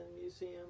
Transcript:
Museum